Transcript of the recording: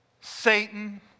Satan